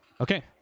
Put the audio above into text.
Okay